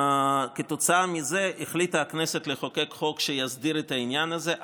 כתוצאה מזה החליטה הכנסת לחוקק חוק שיסדיר את העניין הזה.